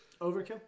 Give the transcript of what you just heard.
Overkill